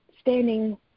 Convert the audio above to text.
standing